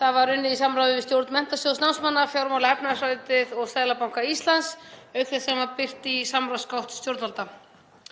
það var unnið í samráði við stjórn Menntasjóðs námsmanna, fjármála- og efnahagsráðuneytið og Seðlabanka Íslands auk þess sem það var birt í samráðsgátt stjórnvalda.